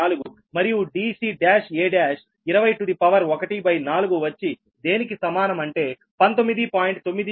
4 మరియు dc1a1 20 to the power 1 by 4 వచ్చి దేనికి సమానం అంటే 19